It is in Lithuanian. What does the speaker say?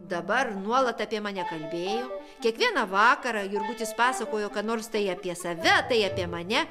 dabar nuolat apie mane kalbėjo kiekvieną vakarą jurgutis pasakojo ką nors tai apie save tai apie mane